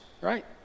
right